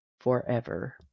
forever